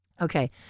Okay